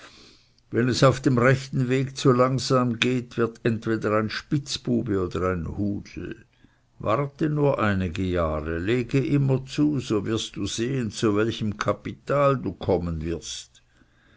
wem es auf dem rechten weg zu langsam geht wird entweder ein spitzbube oder ein hudel warte nur einige jahre lege immer zu so wirst du sehen zu welchem kapital du kommen wirst